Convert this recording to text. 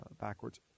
backwards